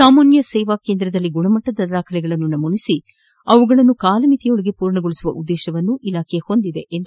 ಸಾಮಾನ್ನ ಸೇವಾ ಕೇಂದ್ರದಲ್ಲಿ ಗುಣಮಟ್ಟದ ದಾಖಲೆಗಳನ್ನು ನಮೂದಿಸಿ ಅವುಗಳನ್ನು ಕಾಲಮಿತಿಯೊಳಗೆ ಪೂರ್ಣಗೊಳಿಸುವ ಉದ್ದೇಶವನ್ನು ಇಲಾಖೆ ಹೊಂದಿದೆ ಎಂದರು